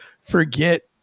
forget